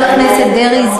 חבר הכנסת דרעי,